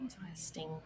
Interesting